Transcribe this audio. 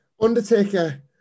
Undertaker